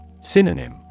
Synonym